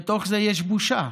בתוך זה יש בושה,